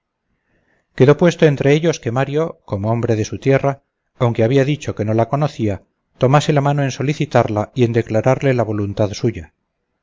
pensaban quedó puesto entre ellos que mario como hombre de su tierra aunque había dicho que no la conocía tomase la mano en solicitarla y en declararle la voluntad suya